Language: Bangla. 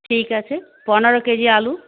ঠিক আছে পনেরো কেজি আলু